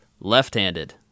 left-handed